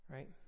Right